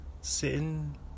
sitting